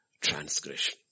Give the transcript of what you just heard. transgression